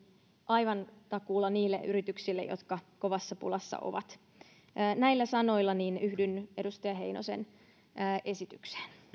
aivan takuulla myöskin niille yrityksille jotka kovassa pulassa ovat näillä sanoilla yhdyn edustaja heinosen esitykseen